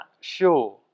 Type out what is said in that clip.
sure